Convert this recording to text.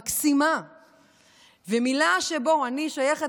ואני שייכת,